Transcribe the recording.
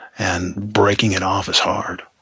and breaking it off is hard